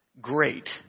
great